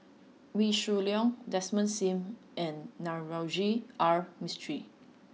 Wee Shoo Leong Desmond Sim and Navroji R Mistri